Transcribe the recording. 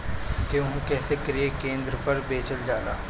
गेहू कैसे क्रय केन्द्र पर बेचल जाला?